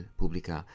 pubblica